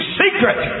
secret